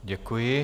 Děkuji.